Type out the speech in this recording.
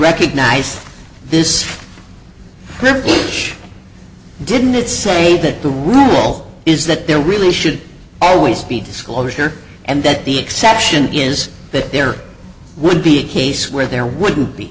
recognize this didn't it say that the rule is that there really should always be disclosure and that the exception is the there would be a case where there wouldn't be